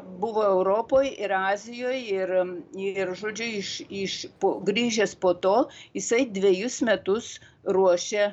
buvo europoj ir azijoj ir ir žodžiu iš iš po grįžęs po to jisai dvejus metus ruošė